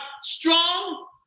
strong